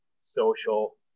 social